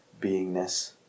beingness